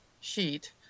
sheet